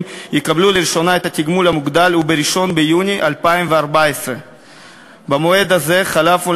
יקבל לראשונה את התגמול המוגדל הוא 1 ביוני 2014. המועד הזה חלף,